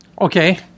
Okay